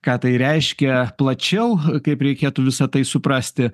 ką tai reiškia plačiau kaip reikėtų visą tai suprasti